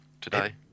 today